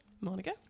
monica